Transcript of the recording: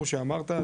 כמו שאמרת,